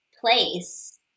place